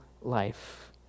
life